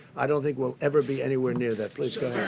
i don't think we'll ever be anywhere near. that please, go ahead.